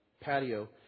patio